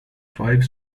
five